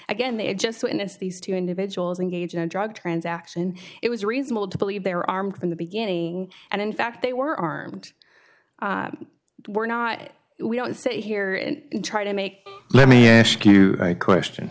again it just so it's these two individuals engaged in a drug transaction it was reasonable to believe they're armed from the beginning and in fact they were armed we're not we don't sit here and try to make let me ask you a question